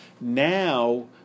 now